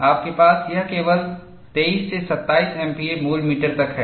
आपके पास यह केवल 23 से 27 एमपीए मूल मीटर तक है